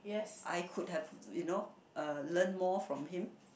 I could have you know uh learn more from him